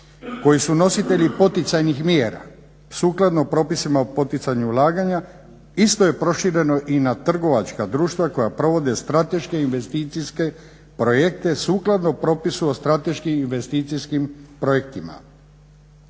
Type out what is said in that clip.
koji su nositelji poticajnih mjera sukladno propisima o poticanju ulaganja isto je prošireno i na trgovačka društva koja provode strateške investicijske projekte sukladno propisu o strateškim investicijskim projektima.